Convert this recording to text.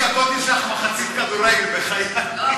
25 דקות יש לך מחצית כדורגל, בחיי.